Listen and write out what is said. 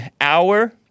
hour